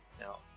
Now